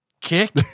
kick